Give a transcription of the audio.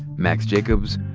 max jacobs,